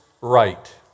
right